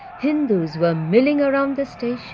hindus were milling around the station,